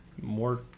More